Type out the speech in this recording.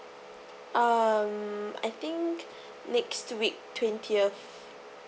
um I think next week twentieth